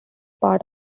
part